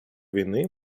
війни